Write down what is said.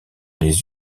les